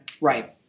Right